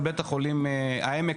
על בית חולים העמק,